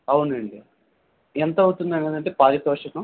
అవును అండి ఎంత అవుతుంది అండి అంటే పారితోషికం